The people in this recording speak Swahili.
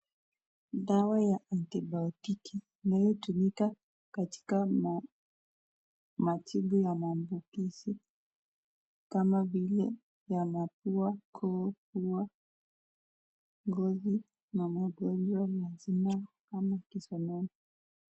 Dawa ya antibayotiki inayotumika katika matibabu ya maambukizi kama vile a mafua, koo, pua, ngozi na magonjwa ya zinaa kama kisonono.